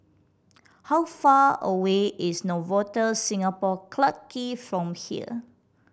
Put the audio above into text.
how far away is Novotel Singapore Clarke Quay from here